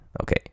okay